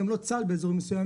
גם לא צה"ל באזורים מסוימים,